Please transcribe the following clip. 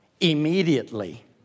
immediately